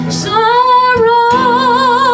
sorrow